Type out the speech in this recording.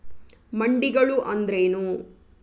ಮಂಡಿಗಳು ಅಂದ್ರೇನು?